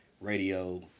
radio